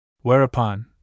Whereupon